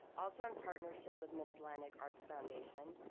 also in partnership with mid atlantic arts foundation,